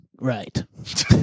right